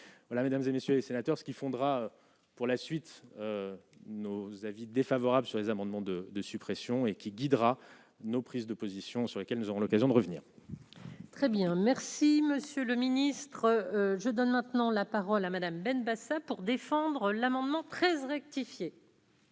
voilà Mesdames et messieurs les sénateurs, ce qui fondera pour la suite, nos avis défavorable sur les amendements de de suppression et qui guidera nos prises de position sur lesquelles nous aurons l'occasion de revenir. Très bien, merci, monsieur le ministre, je donne maintenant la parole à Madame Benbassa pour défendre l'amendement 13 rectifié.